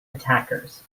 attackers